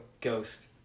ghost